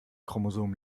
chromosom